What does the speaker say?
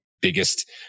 biggest